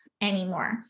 anymore